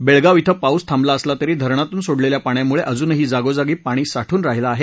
बेळगाव श्वि पाऊस थांबला असला तरी धरणातून सोडलेल्या पाण्यामुळे अजूनही जागोजागी पाणी साठून राहिलं आहे